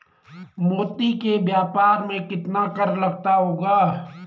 मोती के व्यापार में कितना कर लगता होगा?